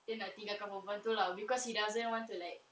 dia nak tinggalkan perempuan tu lah because he doesn't want to like